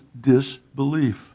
disbelief